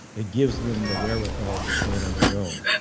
it gives them the wherewithal to stand on their own.